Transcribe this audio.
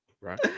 right